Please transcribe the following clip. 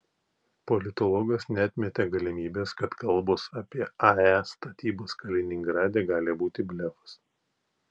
politologas neatmetė galimybės kad kalbos apie ae statybas kaliningrade gali būti blefas